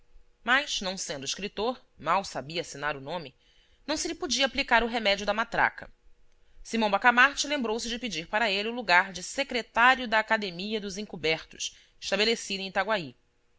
mas não sendo escritor mal sabia assinar o nome não se lhe podia aplicar o remédio da matraca simão bacamarte lembrou-se de pedir para ele o lugar de secretário da academia dos encobertos estabelecida em itaguaí